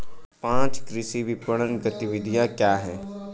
पाँच कृषि विपणन गतिविधियाँ क्या हैं?